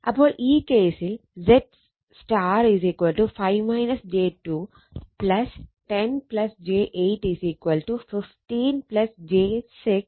അപ്പോൾ ഈ കേസിൽ ZY 10 j 8 15 j 6 Ω